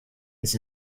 ist